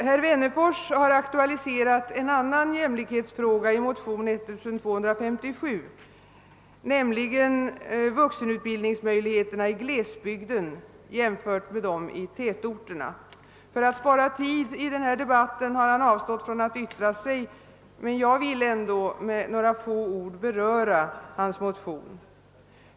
Herr Wennerfors har aktualiserat en annan jämlikhetsfråga i motion II: 1257, nämligen vuxenutbildningsmöjligheterna i glesbygden jämfört med dem i tätorterna. För att spara tid har han avstått från att yttra sig i denna debatt, men jag vill med några få ord beröra hans motion.